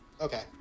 Okay